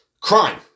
Crime